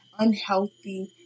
Unhealthy